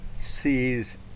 sees